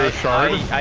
simon